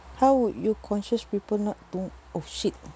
how would you conscious people not to oh shit